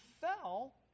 fell